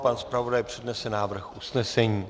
Pan zpravodaj přednese návrh usnesení.